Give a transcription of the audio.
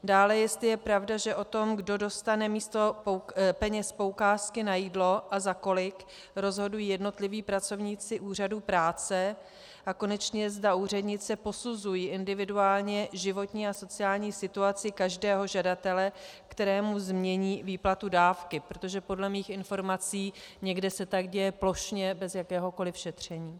Dále, jestli je pravda, že o tom, kdo dostane místo peněz poukázky na jídlo a za kolik, rozhodují jednotliví pracovníci úřadů práce, a konečně, zda úředníci posuzují individuálně životní a sociální situaci každého žadatele, kterému změní výplatu dávky, protože podle mých informací někde se tak děje plošně bez jakéhokoliv šetření.